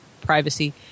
privacy